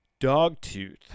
Dogtooth